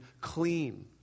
clean